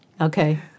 Okay